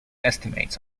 estimates